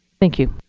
thank you.